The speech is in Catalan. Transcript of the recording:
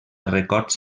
records